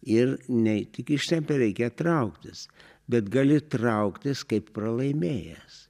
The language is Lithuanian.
ir nei tik ištempia reikia trauktis bet gali trauktis kaip pralaimėjęs